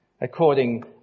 according